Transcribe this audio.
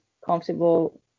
comfortable